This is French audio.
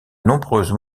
nombreuses